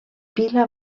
pila